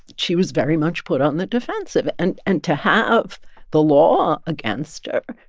she was very much put on the defensive. and and to have the law against her,